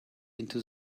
into